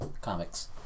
comics